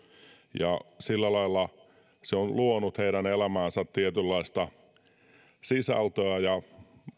ja sillä lailla se on luonut heidän elämäänsä tietynlaista sisältöä ja